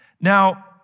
Now